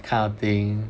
kind of thing